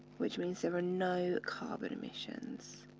which means there are no carbon emissions.